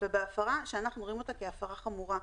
ובהפרה שאנחנו רואים אותה כהפרה חמורה.